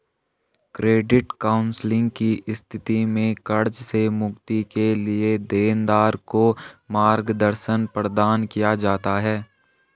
credit counselling की स्थिति में कर्ज से मुक्ति के लिए देनदार को मार्गदर्शन प्रदान किया जाता है